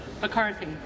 McCarthy